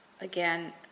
Again